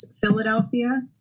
Philadelphia